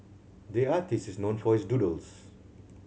the artist is known for his doodles